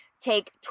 Take